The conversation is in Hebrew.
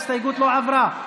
ההסתייגות לא עברה.